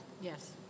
Yes